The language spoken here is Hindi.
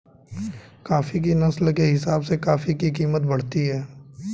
कॉफी की नस्ल के हिसाब से कॉफी की कीमत बढ़ती है